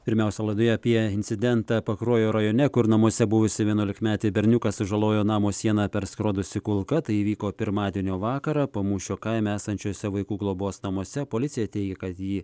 pirmiausia laidoje apie incidentą pakruojo rajone kur namuose buvusį vienuolikmetį berniuką sužalojo namo sieną perskrodusi kulka tai įvyko pirmadienio vakarą pamūšio kaime esančiuose vaikų globos namuose policija teigia kad į